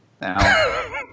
Now